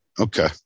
Okay